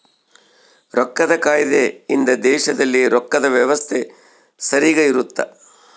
ರೊಕ್ಕದ್ ಕಾಯ್ದೆ ಇಂದ ದೇಶದಲ್ಲಿ ರೊಕ್ಕದ್ ವ್ಯವಸ್ತೆ ಸರಿಗ ಇರುತ್ತ